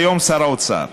כיום שר האוצר.